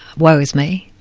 worries me,